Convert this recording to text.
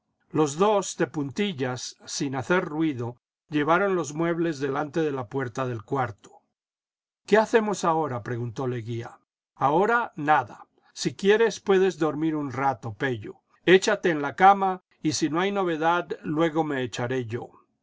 los dos de puntillas sin hacer ruido llevaron los muebles delante de la puerta del cuarto jqué hacemos ahora preguntó leguía ahora nada si quieres puedes dormir un rato pello échate en la cama y si no hay novedad luego me echare yo